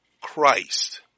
Christ